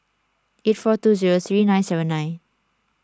eight four two zero three nine seven nine